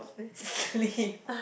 sleep